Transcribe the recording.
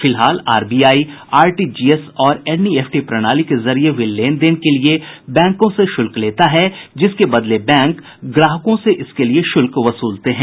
फिलहाल RBI RTGS और NEFT प्रणाली के जरिये हुये लेनदेन के लिए बैंकों से शुल्क लेता है जिसके बदले बैंक ग्राहकों से इसके लिए शुल्क वसूलते हैं